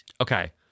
Okay